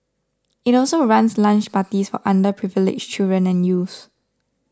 it also runs lunch parties for underprivileged children and youth